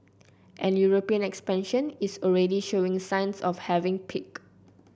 and European expansion is already showing signs of having peaked